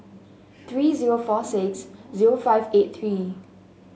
three zero four six zero five eight three